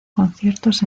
conciertos